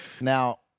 Now